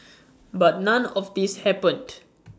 but none of this happened